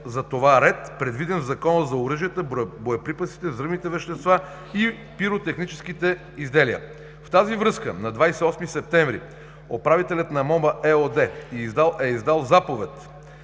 за това ред, предвиден в Закона за оръжията, боеприпасите, взривните вещества и пиротехническите изделия. В тази връзка на 28 септември управителят на „МОБА“ ЕООД е издал заповед